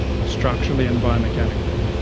structurally and biomechanically.